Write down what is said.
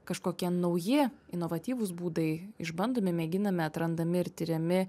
kažkokie nauji inovatyvūs būdai išbandomi mėginami atrandami ir tiriami